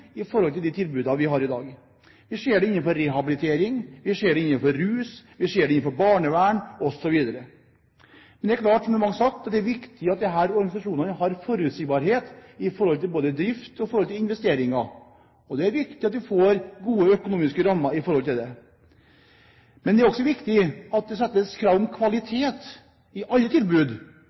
til de tilbudene vi har i dag. Vi ser det innenfor rehabilitering, vi ser det innenfor rusfeltet, vi ser det innenfor barnevernet osv. Det er klart, som mange har sagt, at det er viktig at disse organisasjonene har forutsigbarhet både for drift og for investeringer. Det er viktig at de får gode økonomiske rammer. Det er også viktig at det settes krav om kvalitet i alle tilbud,